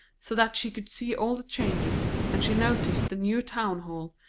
so that she could see all the changes, and she noticed the new town-hall,